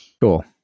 Cool